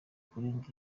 kurenga